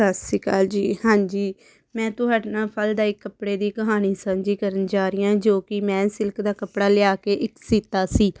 ਸਤਿ ਸ਼੍ਰੀ ਅਕਾਲ ਜੀ ਹਾਂਜੀ ਮੈਂ ਤੁਹਾਡੇ ਨਾਲ ਫਲਦਾਇਕ ਕੱਪੜੇ ਦੀ ਕਹਾਣੀ ਸਾਂਝੀ ਕਰਨ ਜਾ ਰਹੀ ਹਾਂ ਜੋ ਕਿ ਮੈਂ ਸਿਲਕ ਦਾ ਕੱਪੜਾ ਲਿਆ ਕੇ ਇੱਕ ਸੀਤਾ ਸੀ